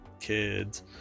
kids